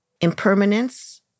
Impermanence